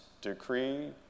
decree